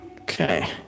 okay